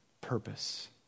purpose